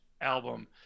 album